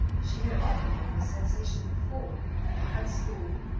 she had often known the sensation before at school,